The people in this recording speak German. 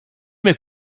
mehr